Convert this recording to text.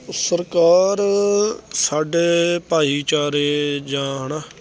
ਸਰਕਾਰ ਸਾਡੇ ਭਾਈਚਾਰੇ ਜਾਂ ਹੈ ਨਾ